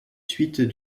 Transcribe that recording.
suites